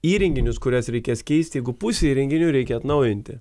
įrenginius kuriuos reikės keisti jeigu pusė įrenginių reikia atnaujinti